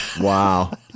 Wow